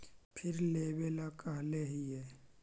फिर लेवेला कहले हियै?